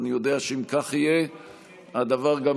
אני יודע שאם כך יהיה הדבר גם